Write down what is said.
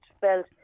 felt